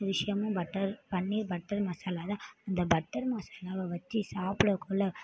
விஷயமும் butter butter masala தான் அந்த பட்டர் மசாலாவை வச்சு சாப்பிடக்கொள்ள